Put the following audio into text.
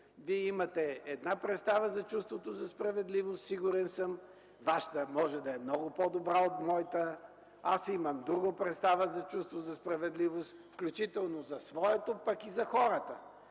Вие имате една представа за чувството за справедливост, сигурен съм. Вашата може да е много по-добра от моята, аз имам друга представа за чувство за справедливост, включително за своето, пък и за хората.